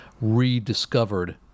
rediscovered